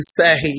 say